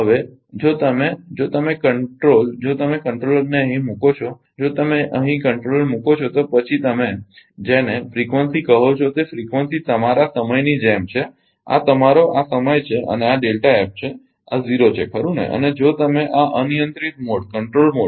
હવે જો તમે જો તમે કંટ્રોલ જો તમે કંટ્રોલરને અહીં મૂકો છો જો તમે અહીં નિયંત્રક મુકો છો તો પછી તમે જેને ફ્રીકવંસી કહો છો તે ફ્રીકવંસી તમારા સમયની જેમ છે આ તમારો આ સમય છે અને આ છે આ 0 છે ખરુ ને અને જો તમે આ નિયંત્રિત મોડ છે બરાબર